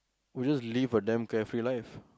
who just live a damn carefree life